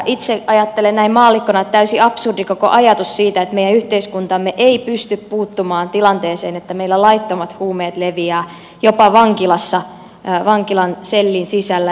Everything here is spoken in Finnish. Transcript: itse ajattelen näin maallikkona että on täysin absurdi koko ajatus siitä että meidän yhteiskuntamme ei pysty puuttumaan tilanteeseen että meillä laittomat huumeet leviävät jopa vankilassa vankilan sellin sisällä